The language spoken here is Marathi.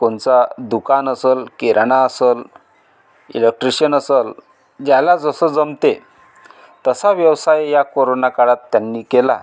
कोनचा दुकान असल किराणा असल इलेक्ट्रिशन असल ज्याला जसं जमतय तसा व्यवसाय या कोरोना काळात त्यांनी केला